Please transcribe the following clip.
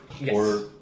Yes